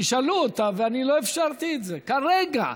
תשאלו אותה, ואני לא אפשרתי את זה, כרגע.